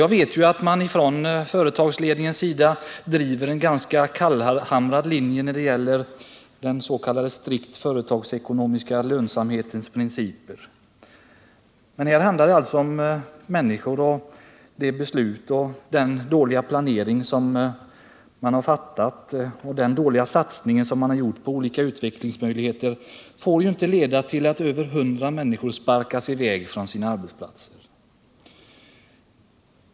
Jag vet att företagsledningen vid Berol Kemi driver en ganska kallhamrad linje och att den tillämpar den strikt företagsekonomiska lönsamhetens principer. Men här handlar det ju om människor. Den dåliga planeringen och den dåliga satsning man gjort på olika utvecklingsmöjligheter får inte leda till att över 100 människor sparkas i väg från sin arbetsplats.